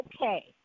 okay